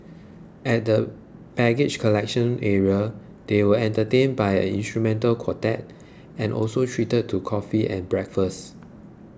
at the baggage collection area they were entertained by an instrumental quartet and also treated to coffee and breakfast